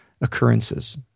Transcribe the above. occurrences